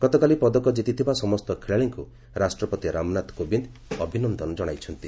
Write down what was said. ଗତକାଲି ପଦକ ଜିତିଥିବା ସମସ୍ତ ଖେଳାଳିଙ୍କୁ ରାଷ୍ଟ୍ରପତି ରାମନାଥ କୋବିନ୍ଦ ଅଭିନନ୍ଦନ ଜଣାଇଛନ୍ତି